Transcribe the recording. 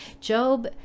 Job